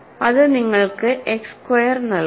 അത് നിങ്ങൾക്ക് x square നൽകും